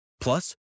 Plus